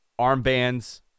armbands